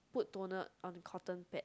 put toner on cotton pad